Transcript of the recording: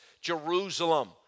Jerusalem